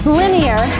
linear